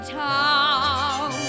town